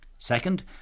Second